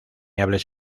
hables